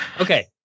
okay